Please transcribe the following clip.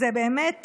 זה באמת